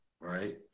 right